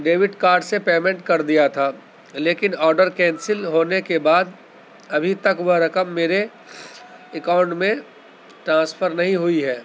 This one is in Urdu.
ڈیبٹ کارڈ سے پیمنٹ کردیا تھا لیکن آرڈر کینسل ہونے کے بعد ابھی تک وہ رقم میرے اکاؤنٹ میں ٹرانسفر نہیں ہوئی ہے